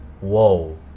whoa